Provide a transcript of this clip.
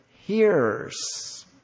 hearers